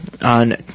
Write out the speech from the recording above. on